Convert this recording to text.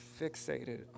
fixated